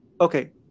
Okay